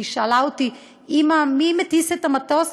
היא שאלה אותי: אימא מי מטיס את המטוס